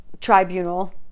tribunal